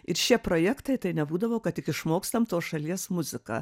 ir šie projektai tai nebūdavo kad tik išmokstam tos šalies muziką